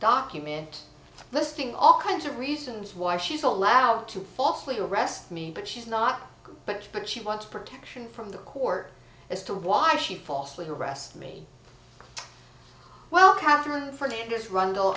document listing all kinds of reasons why she's allowed to falsely arrest me but she's not but but she wants protection from the court as to why she falsely arrested me well catherine fernandes run